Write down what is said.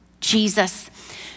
Jesus